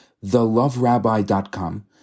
TheLoveRabbi.com